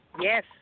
Yes